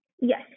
Yes